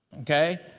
okay